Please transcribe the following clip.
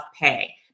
pay